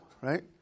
right